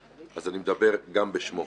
אז אני מדבר גם בשמו.